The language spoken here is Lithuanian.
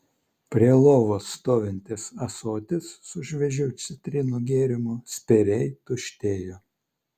prie lovos stovintis ąsotis su šviežiu citrinų gėrimu spėriai tuštėjo